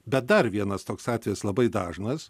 bet dar vienas toks atvejis labai dažnas